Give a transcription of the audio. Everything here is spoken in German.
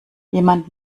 jemand